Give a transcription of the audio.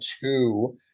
two